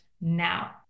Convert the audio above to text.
now